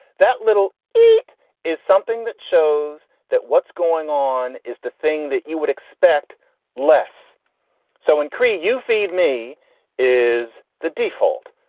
that little eat is something that shows that what's going on is the thing that you would expect less so in you feed me is the default.